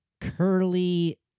curly